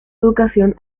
educación